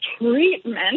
Treatment